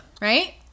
Right